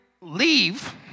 leave